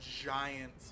giant